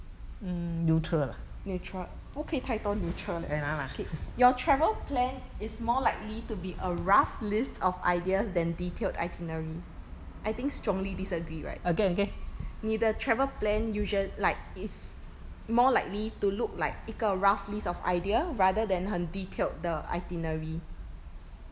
neutral 不可以太多 neutral leh okay your travel plan is more likely to be a rough list of ideas than detailed itinerary I think strongly disagree right 你的 travel plan usual~ like is more likely to look like 一个 rough list of idea rather than 很 detailed 的 itinerary